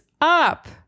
up